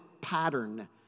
pattern